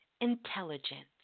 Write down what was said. intelligence